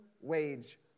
wage